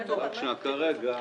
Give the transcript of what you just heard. כרגע